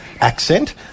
accent